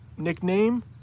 Nickname